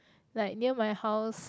like near my house